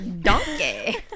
Donkey